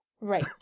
Right